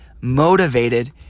motivated